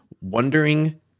Wondering